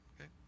okay